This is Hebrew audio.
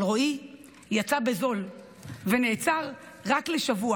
אבל רועי יצא בזול ונעצר רק לשבוע.